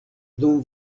dum